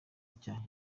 nshya